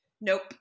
Nope